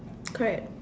correct